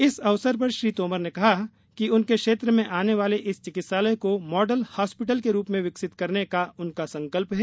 इस अवसर पर श्री तोमर ने कहा कि उनके क्षेत्र में आने वाले इस चिकित्सालय को मॉडल हॉस्पिटल के रूप में विकसित करने का उनका संकल्प है